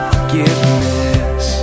Forgiveness